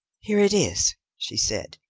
here it is, she said,